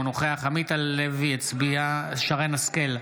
אינו נוכח שרן מרים השכל,